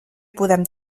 podem